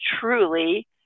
truly